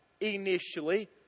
initially